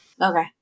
Okay